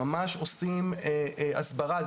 ממש עושים הסברה.